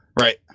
Right